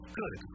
good